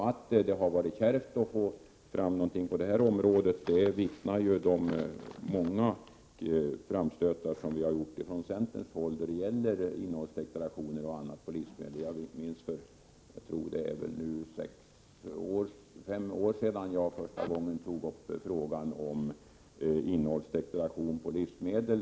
Att det har varit kärvt att få fram någonting på det här området omvittnas av de många framstötar som vi från centerns sida gjort när det gäller bl.a. innehållsdeklarationer på livsmedel. Det är väl nu fem år sedan jag för första gången tog upp frågan om innehållsdeklaration på livsmedel.